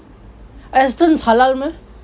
Astons halal meh